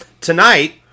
Tonight